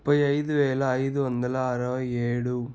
ముప్పై అయిదు వేల అయిదు వందల అరవై ఏడు